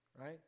right